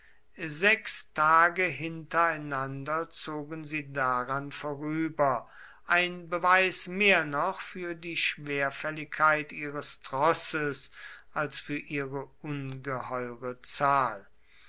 sechs tage hintereinander zogen sie daran vorüber ein beweis mehr noch für die schwerfälligkeit ihres trosses als für ihre ungeheure zahl